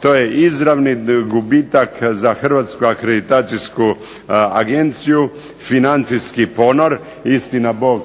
to je izravni gubitak za Hrvatsku akreditacijsku agenciju, financijske ponor, istina Bog